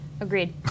Agreed